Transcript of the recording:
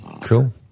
Cool